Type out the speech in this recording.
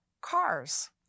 cars